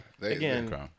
again